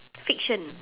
fiction